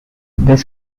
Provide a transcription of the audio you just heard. this